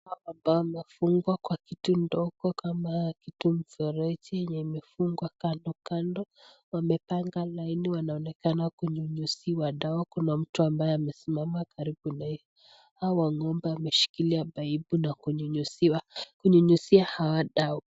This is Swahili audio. Hapa pamefungwa na kitu ndogo kama kitu mfereji yenye imefungwa kandokando. Wamepanga laini wanaonekana kunyunyiziwa dawa. Kuna mtu ambaye amesimama karibu na hawa ng'ombe. Ameshikilia paipu na kunyunyizia hawa dawa.